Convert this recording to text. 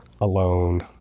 alone